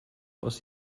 aus